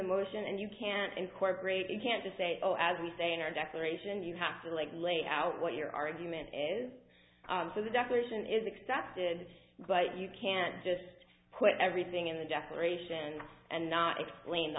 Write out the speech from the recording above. the motion and you can't incorporate it can't just say oh as we say in our declaration you have to lay out what your argument is so the declaration is accepted but you can't just quit everything in the declaration and not explain the